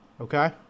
Okay